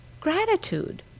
gratitude